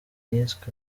yiswe